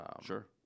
Sure